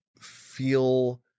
feel